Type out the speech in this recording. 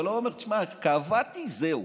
אתה לא אומר: תשמע, קבעתי, זהו.